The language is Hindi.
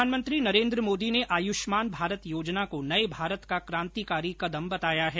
प्रधानमंत्री नरेंद्र मोदी ने आयुष्मान भारत योजना को नये भारत का क्रांतिकारी कदम बताया है